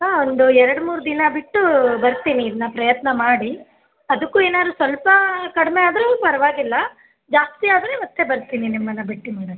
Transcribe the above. ಹಾಂ ಒಂದು ಎರಡು ಮೂರು ದಿನ ಬಿಟ್ಟು ಬರ್ತೀನಿ ಇದನ್ನ ಪ್ರಯತ್ನ ಮಾಡಿ ಅದಕ್ಕೂ ಏನಾದ್ರು ಸ್ವಲ್ಪ ಕಡಿಮೆ ಆದರೆ ಪರವಾಗಿಲ್ಲ ಜಾಸ್ತಿ ಆದರೆ ಮತ್ತೆ ಬರ್ತೀನಿ ನಿಮ್ಮನ್ನು ಭೆಟ್ಟಿ ಮಾಡೋಕ್ಕೆ